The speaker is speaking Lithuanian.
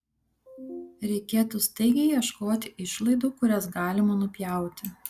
reikėtų staigiai ieškoti išlaidų kurias galima nupjauti